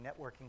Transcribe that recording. networking